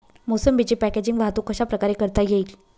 मोसंबीची पॅकेजिंग वाहतूक कशाप्रकारे करता येईल?